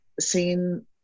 seen